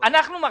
אנחנו מחליטים,